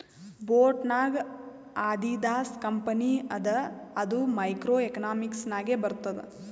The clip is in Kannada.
ಬೋಟ್ ನಾಗ್ ಆದಿದಾಸ್ ಕಂಪನಿ ಅದ ಅದು ಮೈಕ್ರೋ ಎಕನಾಮಿಕ್ಸ್ ನಾಗೆ ಬರ್ತುದ್